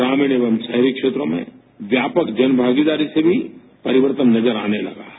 ग्रामीण एवं शाहरी क्षेत्रों में व्यापक जन भागीदारी से भी परिवर्तन नजर आने लगा है